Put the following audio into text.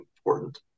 important